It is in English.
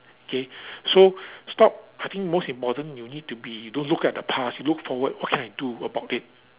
K so stop I think most important you need to be don't look at the past look forward what can I do about it